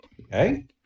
okay